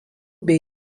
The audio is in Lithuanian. bei